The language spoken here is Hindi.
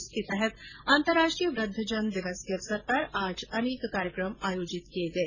इसके तहत अंतरराष्ट्रीय वृद्धजन दिवस के अवसर पर आज अनेक कार्यक्रम आयोजित किए गए